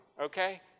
Okay